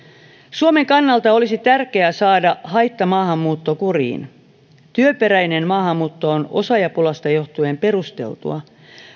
suomen kannalta olisi tärkeää saada haittamaahanmuutto kuriin työperäinen maahanmuutto on osaajapulasta johtuen perusteltua